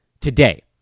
today